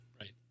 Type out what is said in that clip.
Right